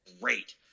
great